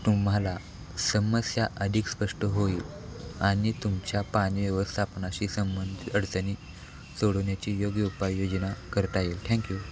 तुम्हाला समस्या अधिक स्पष्ट होईल आणि तुमच्या पाणीव्यवस्थापनाशी संबंधित अडचणी सोडवण्याची योग्य उपाययोजना करता येईल थँक्यू